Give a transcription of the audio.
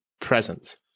presence